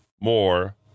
more